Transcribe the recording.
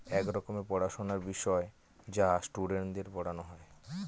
এক রকমের পড়াশোনার বিষয় যা স্টুডেন্টদের পড়ানো হয়